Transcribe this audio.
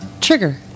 Trigger